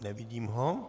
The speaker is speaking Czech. Nevidím ho.